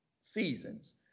seasons